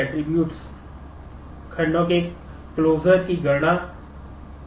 attribute है